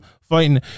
fighting